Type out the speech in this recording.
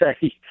say